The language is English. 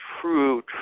true